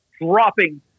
dropping